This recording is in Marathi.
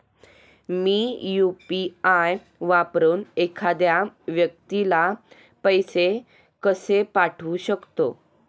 मी यु.पी.आय वापरून एखाद्या व्यक्तीला पैसे कसे पाठवू शकते?